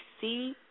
see